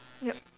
yup